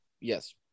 yes